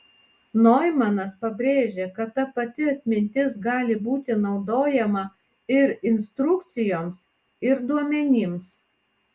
noimanas pabrėžė kad ta pati atmintis gali būti naudojama ir instrukcijoms ir duomenims